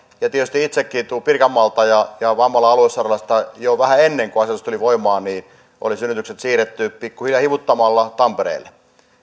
tietysti itsekin tulen pirkanmaalta ja vammalan aluesairaalasta jo vähän ennen kuin asetus tuli voimaan oli synnytykset siirretty pikkuhiljaa hivuttamalla tampereelle